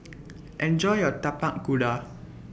Enjoy your Tapak Kuda